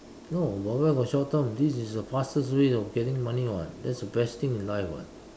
no where got short term this the fastest way if getting money [what] that's the best thing in life [what]